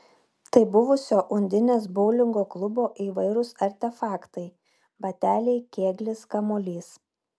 tai buvusio undinės boulingo klubo įvairūs artefaktai bateliai kėglis kamuolys